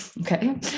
Okay